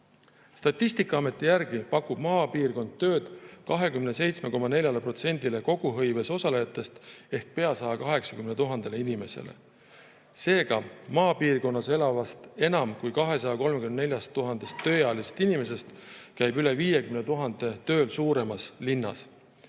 Statistikaameti andmetel pakub maapiirkond tööd 27,4%‑le koguhõives osalejatest ehk pea 180 000 inimesele. Seega, maapiirkonnas elavast enam kui 234 000 tööealisest inimesest käib üle 50 000 tööl suuremas linnas.